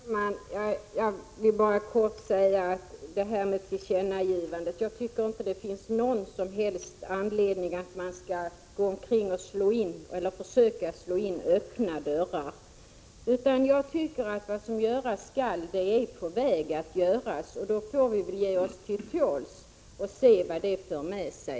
Fru talman! Jag vill bara kortfattat beträffande tillkännagivandet säga att jaginte tycker att det finns någon som helst anledning att försöka slå in öppna dörrar. Jag anser att det som göras skall är på väg att göras. Då får vi ge oss till tåls och se vad det för med sig.